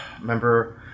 remember